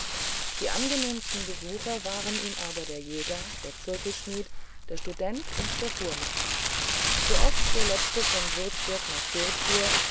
die angenehmsten besuche waren ihm aber der jäger der zirkelschmidt der student und der fuhrmann sooft der letztere von würzburg nach fürth fuhr